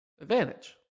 Advantage